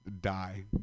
die